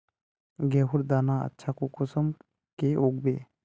गेहूँर दाना अच्छा कुंसम के उगबे?